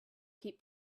keep